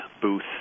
Booth